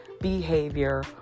behavior